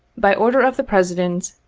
by order of the president.